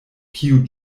kiu